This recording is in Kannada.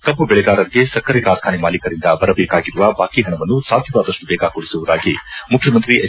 ಕಬ್ಬು ಬೆಳೆಗಾರರಿಗೆ ಸಕ್ಕರೆ ಕಾರ್ಖಾನೆ ಮಾಲೀಕರಿಂದ ಬರಬೇಕಾಗಿರುವ ಬಾಕಿ ಹಣವನ್ನು ಸಾಧ್ಯವಾದಪ್ಪು ದೇಗ ಕೊಡಿಸುವುದಾಗಿ ಮುಖ್ಯಮಂತ್ರಿ ಎಚ್